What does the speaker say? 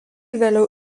vėliau